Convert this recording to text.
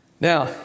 now